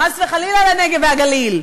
חס וחלילה לנגב ולגליל,